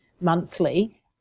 monthly